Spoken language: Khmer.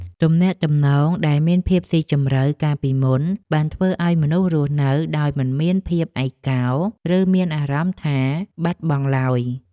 ទំនាក់ទំនងដែលមានភាពស៊ីជម្រៅកាលពីមុនបានធ្វើឱ្យមនុស្សរស់នៅដោយមិនមានភាពឯកោ ឬមានអារម្មណ៍ថាបាត់បង់ឡើយ។